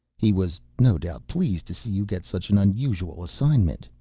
he was no doubt pleased to see you get such an unusual assignment,